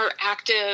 Active